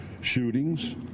shootings